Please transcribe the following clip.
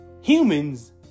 Humans